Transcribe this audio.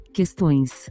Questões